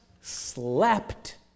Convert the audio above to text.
slept